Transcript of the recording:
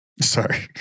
Sorry